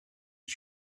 his